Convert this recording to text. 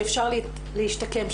שאפשר להשתקם,